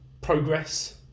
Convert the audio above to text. progress